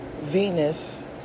Venus